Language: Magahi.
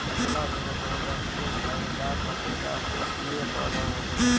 गुलाब एगो बहुवर्षीय, झाड़ीदार, कंटीला, पुष्पीय पौधा होबा हइ